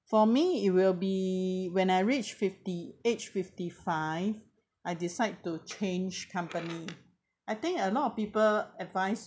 for me it will be when I reach fifty age fifty five I decide to change company I think a lot of people advise